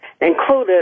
included